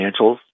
financials